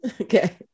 Okay